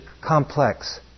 complex